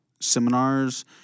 seminars